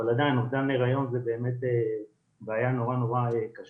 אבל עדיין אובדן היריון זה באמת בעיה נורא קשה.